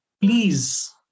Please